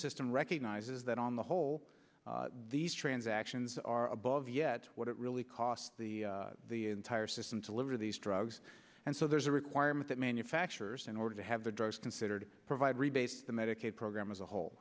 system recognizes that on the whole these transactions are above yet what it really costs the entire system to liver these drugs and so there's a requirement that manufacturers in order to have the drugs considered provide rebase the medicaid program as a whole